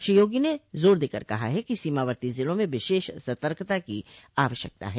श्री योगी ने जोर देकर कहा है कि सीमावर्ती जिलों में विशेष सतर्कता की आवश्यकता है